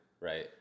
Right